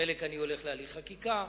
חלק, אני הולך להליך חקיקה,